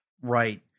Right